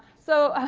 so.